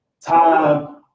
time